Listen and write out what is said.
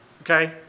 Okay